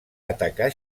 atacar